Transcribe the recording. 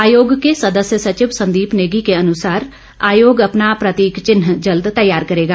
आयोग के सदस्य सचिव संदीप नेगी के अनुसार आयोग अपना प्रतीक चिन्ह जल्द तैयार करेगा